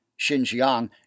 Xinjiang